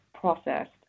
processed